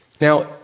Now